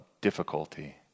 difficulty